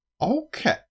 Okay